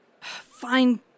Fine